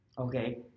Okay